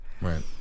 Right